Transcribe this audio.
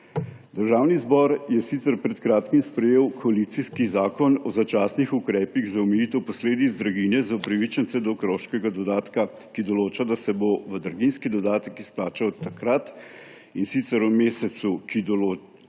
Državni zbor je sicer pred kratkim sprejel koalicijski zakon o začasnih ukrepih za omejitev posledic draginje za upravičence do otroškega dodatka, ki določa, da se bo draginjski dodatek izplačal trikrat, in sicer v mesecu novembru